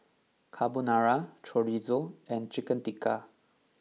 Carbonara Chorizo and Chicken Tikka